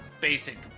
basic